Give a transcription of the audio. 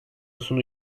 sonu